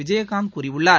விஜயகாந்த் கூறியுள்ளார்